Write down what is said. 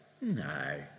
no